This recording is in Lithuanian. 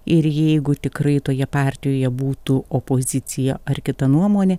ir jeigu tikrai toje partijoje būtų opozicija ar kita nuomonė